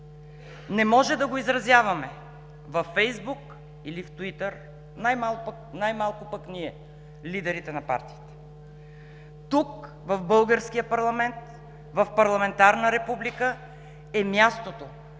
Не може да го изразяваме във Фейсбук или в Туитър, най-малко пък ние – лидерите на партиите. Тук, в българския парламент, в парламентарна република е мястото,